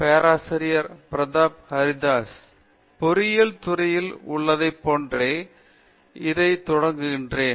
பேராசிரியர் பிரதாப் ஹரிதாஸ் பொறியியல் துறையில் உள்ளதைப் போன்றே இதைத் தொடங்குகிறேன்